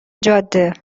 جاده